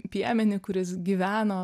piemenį kuris gyveno